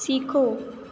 سیکھو